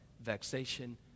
vexation